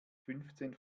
fünfzehn